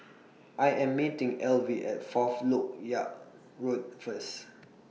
I Am meeting Elvie At Fourth Lok Ya Road First